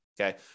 okay